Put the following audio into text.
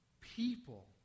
people